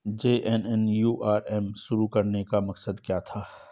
JNNURM शुरू करने का मकसद क्या था?